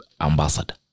ambassador